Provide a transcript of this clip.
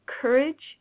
courage